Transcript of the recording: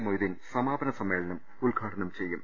മൊയ്തീൻ സമാപന സമ്മേളനം ഉദ്ഘാടനം ചെയ്യും